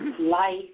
life